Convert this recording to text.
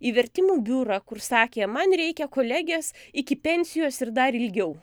į vertimų biurą kur sakė man reikia kolegės iki pensijos ir dar ilgiau